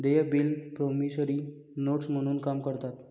देय बिले promissory notes म्हणून काम करतात